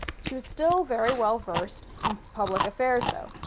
she was still very well versed in public affairs though,